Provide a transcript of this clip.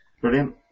Brilliant